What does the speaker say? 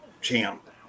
Champ